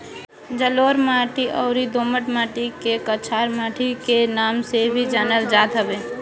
जलोढ़ माटी अउरी दोमट माटी के कछार माटी के नाम से भी जानल जात हवे